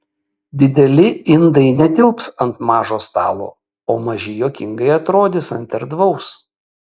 dideli indai netilps ant mažo stalo o maži juokingai atrodys ant erdvaus